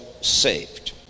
saved